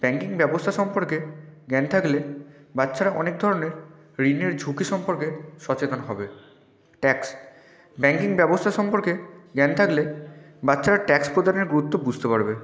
banking ব্যবস্থা সম্পর্কে জ্ঞান থাকলে বাচ্চারা অনেক ধরনের ঋণের ঝুঁকি সম্পর্কে সচেতন হবে ট্যাক্স ব্যাংকিং ব্যবস্থা সম্পর্কে জ্ঞান থাকলে বাচ্চারা ট্যাক্স প্রদানের গুরুত্ব বুঝতে পারবে